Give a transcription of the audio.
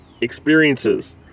experiences